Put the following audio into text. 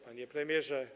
Panie Premierze!